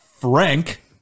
Frank